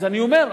אז אני אומר,